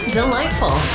delightful